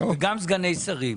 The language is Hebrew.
וגם סגני שרים,